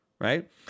right